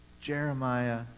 Jeremiah